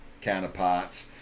counterparts